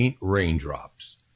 Raindrops